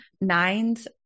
nines